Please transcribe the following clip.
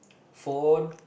phone